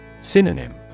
Synonym